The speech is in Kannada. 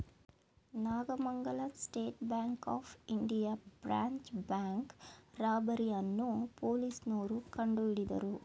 Nagamangala State Bank of India branch bank robbery ಅನ್ನೋ ಪೊಲೀಸ್ನೋರು ಕಂಡುಹಿಡಿದರು